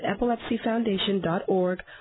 epilepsyfoundation.org